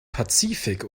pazifik